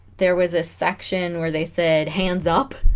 there was a section where they said hands up